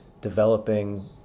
developing